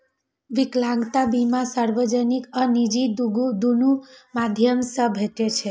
विकलांगता बीमा सार्वजनिक आ निजी, दुनू माध्यम सं भेटै छै